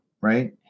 right